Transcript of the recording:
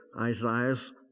Isaiah's